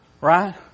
right